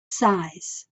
size